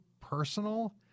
personal